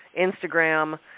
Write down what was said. Instagram